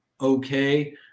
okay